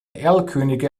erlkönige